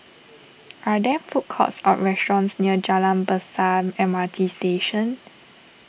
are there food courts or restaurants near Jalan Besar M R T Station